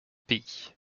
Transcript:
pays